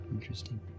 interesting